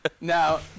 Now